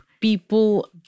people